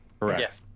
Correct